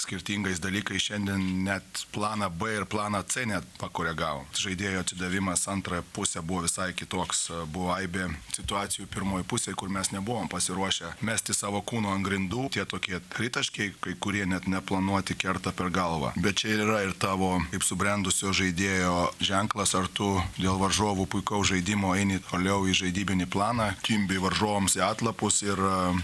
skirtingais dalykais šiandien net planą b ir planą c net pakoregavom žaidėjų atsidavimas antrąją pusę buvo visai kitoks buvo aibė situacijų pirmoj pusėj kur mes nebuvom pasiruošę mesti savo kūno ant grindų tie tokie tritaškiai kai kurie net neplanuoti kerta per galvą bet čia yra ir tavo kaip subrendusio žaidėjo ženklas ar tu dėl varžovų puikaus žaidimo eini toliau į žaidybinį planą kimbi varžovams į atlapus ir